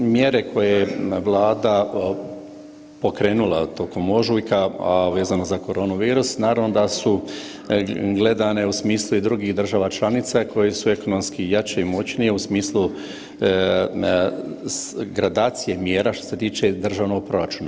Mjere koje Vlada pokrenula tokom ožujka, a vezano za koronu virus naravno da su gledane u smislu i drugih država članica koje su ekonomski jače i moćnije u smislu gradacije mjera što se tiče državnog proračuna.